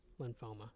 lymphoma